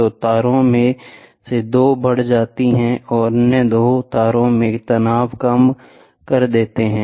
तो तारों में से दो बढ़ जाते हैं और अन्य दो तारों में तनाव कम कर देता है